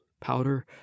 powder